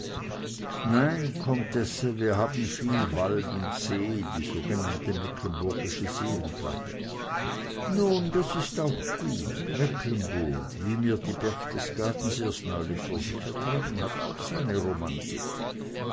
nein comtesse wir haben viel wald und see die sogenannte mecklenburgische seenplatte nun das ist auch gut mecklenburg wie mir die berchtesgadens erst neulich versichert haben hat auch seine romantik